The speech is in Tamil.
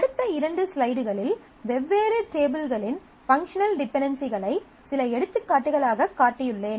அடுத்த இரண்டு ஸ்லைடுகளில் வெவ்வேறு டேபிள்களின் பங்க்ஷனல் டிபென்டென்சிகளை சில எடுத்துக்காட்டுகளாகக் காட்டியுள்ளேன்